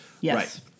yes